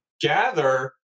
gather